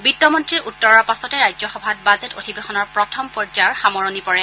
বিত্ত মন্নীৰ উত্তৰৰ পাছতে ৰাজ্যসভাত বাজেট অধিৱেশনৰ প্ৰথম পৰ্য্যায়ৰ সামৰণি পৰে